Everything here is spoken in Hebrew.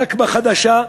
נכבה חדשה?